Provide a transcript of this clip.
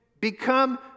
become